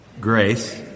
grace